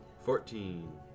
Fourteen